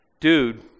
Dude